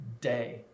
day